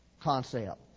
concept